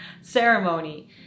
ceremony